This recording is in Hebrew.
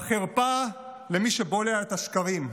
החרפה למי שבולע את השקרים.